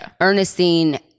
Ernestine